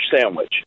sandwich